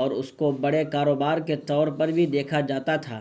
اور اس کو بڑے کاروبار کے طور پر بھی دیکھا جاتا تھا